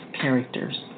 characters